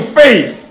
faith